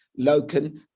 Loken